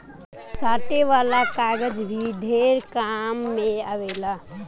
साटे वाला कागज भी ढेर काम मे आवेला